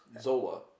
Zola